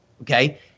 Okay